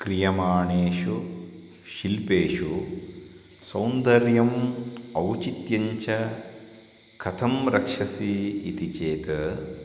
क्रियमाणेषु शिल्पेषु सौन्दर्यम् औचित्यञ्च कथं रक्षसि इति चेत्